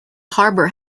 harbour